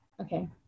Okay